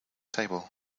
table